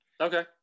okay